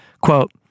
Quote